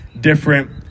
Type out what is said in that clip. different